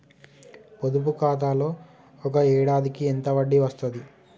పొదుపు ఖాతాలో ఒక ఏడాదికి ఎంత వడ్డీ వస్తది?